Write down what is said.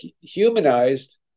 humanized